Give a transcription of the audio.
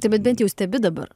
tai bet bent jau stebi dabar